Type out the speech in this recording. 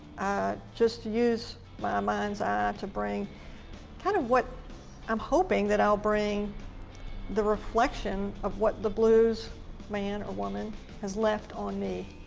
i just use my mind's-eye ah to bring kind of what i'm hoping i'll bring the reflection of what the blues man or woman has left on me.